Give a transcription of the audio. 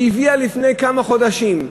שהביאה לחקיקה לפני כמה חודשים,